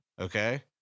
Okay